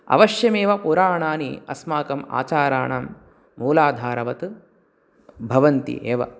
अवश्यमेव पुराणानि अस्माकम् आचाराणां मूलाधारवत् भवन्ति एव